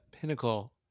pinnacle